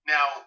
Now